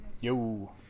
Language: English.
Yo